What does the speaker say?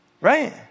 right